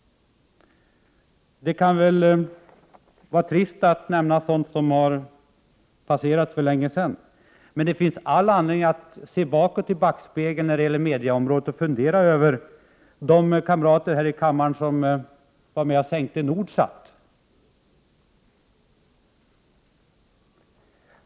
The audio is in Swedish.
Det kan kanske vara trist att nämna sådant som har passerat för länge sedan. Men det finns all anledning att se i backspegeln när det gäller mediaområdet och vända sig till de kamrater här i kammaren som var med om att sänka Nordsat.